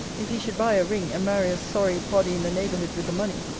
if he should buy a ring, and marry a sorry body in the neighbourhood with the money,